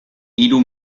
hiru